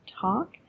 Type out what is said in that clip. talk